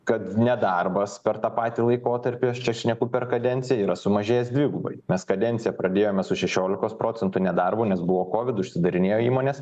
kad nedarbas per tą patį laikotarpį aš čia šneku per kadenciją yra sumažėjęs dvigubai mes kadenciją pradėjome su šešiolikos procentų nedarbu nes buvo kovid užsidarinėjo įmonės